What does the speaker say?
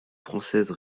française